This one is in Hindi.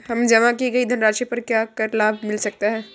हमें जमा की गई धनराशि पर क्या क्या लाभ मिल सकता है?